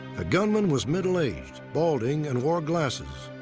ah gunman was middle aged, balding, and wore glasses.